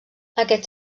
aquest